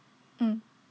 mm